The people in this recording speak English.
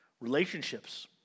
Relationships